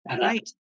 Right